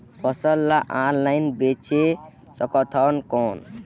फसल ला ऑनलाइन बेचे सकथव कौन?